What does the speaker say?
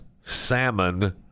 salmon